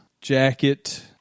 jacket